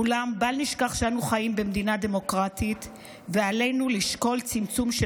אולם בל נשכח שאנו חיים במדינה דמוקרטית ועלינו לשקול צמצום של